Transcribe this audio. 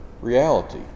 reality